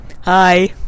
Hi